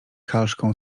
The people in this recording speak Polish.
halszką